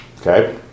Okay